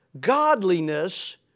godliness